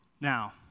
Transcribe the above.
Now